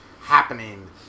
happening